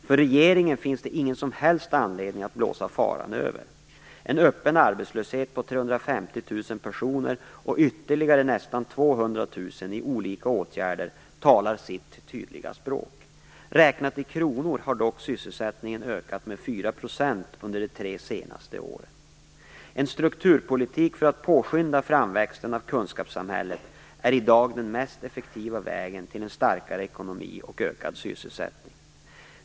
För regeringen finns det ingen som helst anledning att blåsa "faran över". En öppen arbetslöshet på 350 000 personer och ytterligare nästan 200 000 i olika åtgärder talar sitt tydliga språk. Räknat i kronor har dock sysselsättningen ökat med 4 % under de tre senaste åren. En strukturpolitik för att påskynda framväxten av kunskapssamhället är i dag den mest effektiva vägen till en starkare ekonomi och ökad sysselsättning.